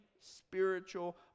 spiritual